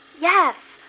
Yes